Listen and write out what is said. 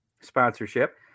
sponsorship